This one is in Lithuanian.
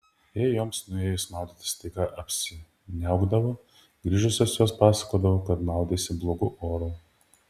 jei joms nuėjus maudytis staiga apsiniaukdavo grįžusios jos pasakodavo kad maudėsi blogu oru